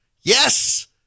Yes